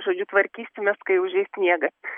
žodžiu tvarkysimės kai užeis sniegas